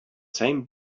same